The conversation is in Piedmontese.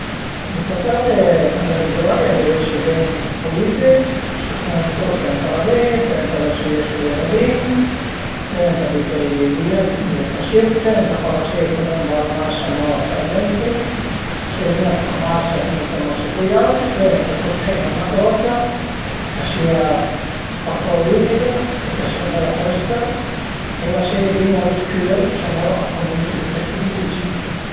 Le patate caund al e gavaie a devu esi ben pulide, s'a sun sporche ëntà laveie e ëntà laseie süé dabin, pöi ëntà büteie vìa ën le casiëtte, ëntà pa laseie trop ëmbarunà, se no a fermentu o se üna a marsa pöi a cuminciu a marsé co i auti, pöi ëntà purteie ën la crota, ch'a sìa pa trop ümida e ch'a sìa bela frësca e laseie bin a lë scür së no a cuminciu a büté sübt i gich